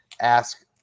ask